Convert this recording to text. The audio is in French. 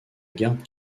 garde